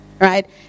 right